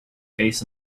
face